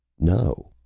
no.